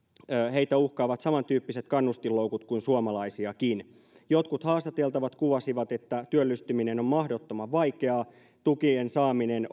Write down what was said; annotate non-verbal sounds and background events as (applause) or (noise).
heitä uhkaavat samantyyppiset kannustinloukut kuin suomalaisiakin jotkut haastateltavat kuvasivat että työllistyminen on mahdottoman vaikeaa tukien saaminen (unintelligible)